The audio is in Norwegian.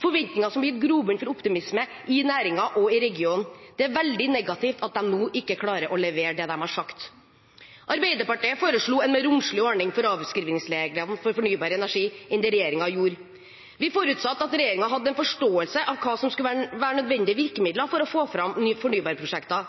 forventninger som gir grobunn for optimisme i næringen og i regionen. Det er veldig negativt at de nå ikke klarer å levere det de har sagt. Arbeiderpartiet foreslo en mer romslig ordning for avskrivningsregler for fornybar energi enn det regjeringen gjorde. Vi forutsatte at regjeringen hadde en forståelse av hva som skulle være nødvendige virkemidler for å få fram nye fornybarprosjekter.